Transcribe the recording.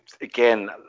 again